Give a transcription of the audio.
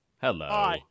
Hello